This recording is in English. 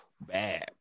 Bad